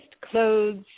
clothes